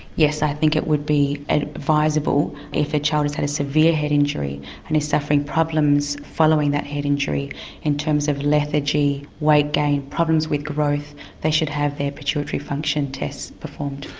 yes, i think that would be advisable if a child has had a severe head injury and is suffering problems following that head injury in terms of lethargy, weight gain, problems with growth they should have their pituitary function test performed.